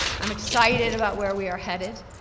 i'm excited about where we are headed,